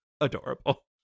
adorable